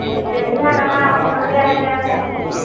বেছি বেছিভাগ আমাৰ অসমতে আছে চাহ খেতি